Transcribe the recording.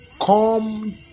come